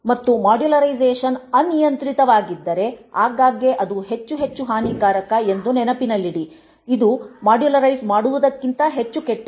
ಮತ್ತು ಮಾಡ್ಯುಲೈಸೇಶನ್ ಅನಿಯಂತ್ರಿತವಾಗಿದ್ದರೆ ಆಗಾಗ್ಗೆ ಅದು ಹೆಚ್ಚು ಹೆಚ್ಚು ಹಾನಿಕಾರಕ ಎಂದು ನೆನಪಿನಲ್ಲಿಡಿ ಇದು ಮಾಡ್ಯುಲೈಸ್ ಮಾಡದಿರುವುದಕ್ಕಿಂತ ಹೆಚ್ಚು ಕೆಟ್ಟದ್ದು